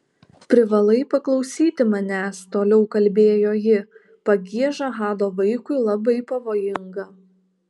privalai paklausyti manęs toliau kalbėjo ji pagieža hado vaikui labai pavojinga